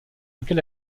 lequel